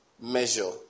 measure